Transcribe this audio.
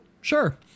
Sure